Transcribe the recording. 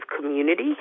community